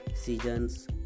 seasons